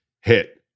hit